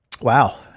Wow